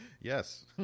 Yes